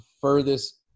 furthest